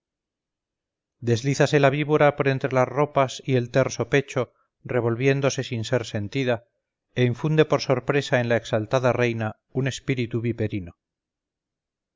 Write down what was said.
palacio deslízase la víbora por entre las ropas y el terso pecho revolviéndose sin ser sentida e infunde por sorpresa en la exaltada reina un espíritu viperino